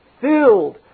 filled